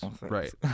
right